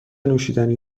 نوشیدنی